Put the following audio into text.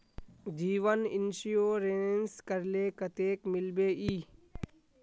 जीवन इंश्योरेंस करले कतेक मिलबे ई?